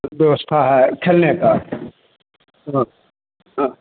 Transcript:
व्यवस्था है खेलने का सुबह से हँ